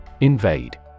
invade